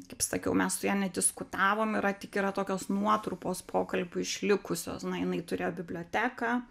kaip sakiau mes su ja nediskutavom yra tik yra tokios nuotrupos pokalbių išlikusios na jinai turėjo biblioteką